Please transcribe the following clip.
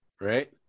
right